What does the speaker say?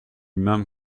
même